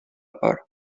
por